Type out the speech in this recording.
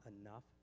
enough